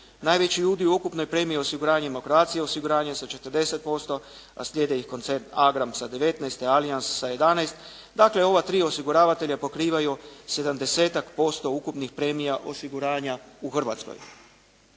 Najveći udio u ukupnoj premiji osiguranjima, Croatia osiguranju sa 40% a slijede i …/Govornik se ne razumije./… Agram sa 19, Alians sa 11. Dakle, ova tri osiguravatelja pokrivaju 70-ak posto ukupnih premija osiguranja u Hrvatskoj.